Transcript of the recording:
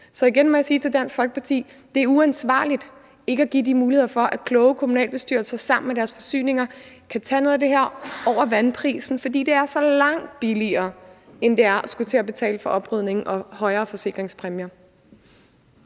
Så igen må jeg sige til Dansk Folkeparti: Det er uansvarligt ikke at give de muligheder for, at kloge kommunalbestyrelser sammen med deres forsyningsselskaber kan tage noget af det her over vandprisen, fordi det er så meget billigere, end det er at skulle til at betale for oprydning og højere forsikringspræmier.